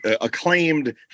acclaimed